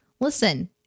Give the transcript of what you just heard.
listen